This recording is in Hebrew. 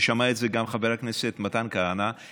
ושמע את זה גם חבר הכנסת מתן כהנא,